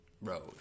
road